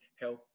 health